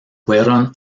fueron